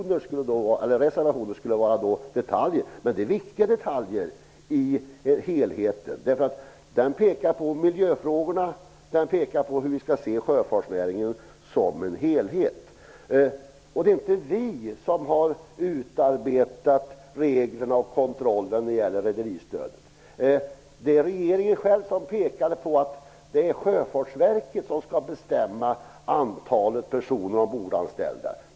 Det sägs att våra reservationer bara skulle gälla detaljer, men det är viktiga detaljer i helheten. Reservationerna pekar på miljöfrågorna och på att vi skall se sjöfartsnäringen som en helhet. Det är inte vi som har utarbetat reglerna för och kontrollen av rederistödet. Det var regeringen som pekade på att Sjöfartsverket skall bestämma antalet ombordanställda.